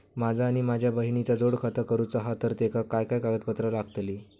माझा आणि माझ्या बहिणीचा जोड खाता करूचा हा तर तेका काय काय कागदपत्र लागतली?